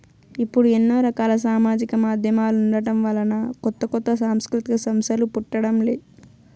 ఇప్పుడు ఎన్నో రకాల సామాజిక మాధ్యమాలుండటం వలన కొత్త కొత్త సాంస్కృతిక సంస్థలు పుట్టడం లే